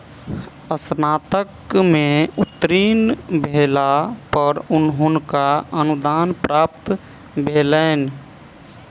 स्नातक में उत्तीर्ण भेला पर हुनका अनुदान प्राप्त भेलैन